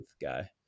guy